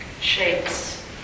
shapes